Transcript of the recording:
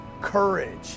courage